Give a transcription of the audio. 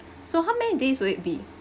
so how many days will it be